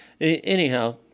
anyhow